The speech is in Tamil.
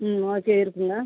ம் ஓகே இருக்குதுங்க